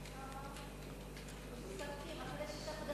מסתפקים.